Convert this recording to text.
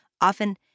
often